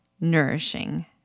nourishing